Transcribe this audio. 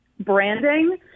Branding